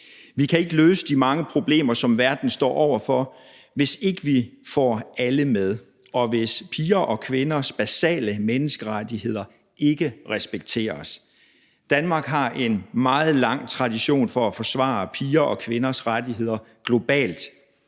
Vi kan ikke løse de mange problemer, som verden står over for, hvis ikke vi får alle med, og hvis pigers og kvinders basale menneskerettigheder ikke respekteres. Danmark har en meget lang tradition for at forsvare pigers og kvinders rettigheder globalt,